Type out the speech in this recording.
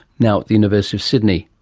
now at the university of sydney,